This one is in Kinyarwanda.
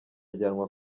ajyanwa